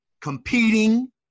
competing